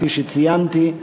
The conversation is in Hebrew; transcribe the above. כפי שציינתי,